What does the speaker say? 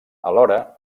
alhora